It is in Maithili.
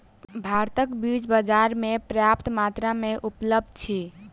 भारतक बीज बाजार में पर्याप्त मात्रा में उपलब्ध अछि